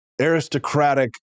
aristocratic